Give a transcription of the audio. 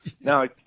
No